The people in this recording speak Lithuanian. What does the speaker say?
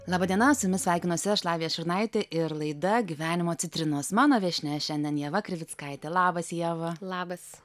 laba diena su jumis sveikinuosi aš lavija šiurnaitė ir laida gyvenimo citrinos mano viešnia šiandien ieva krivickaitė labas ieva labas